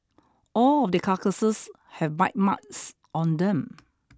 all of the carcasses have bite marks on them